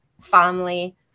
family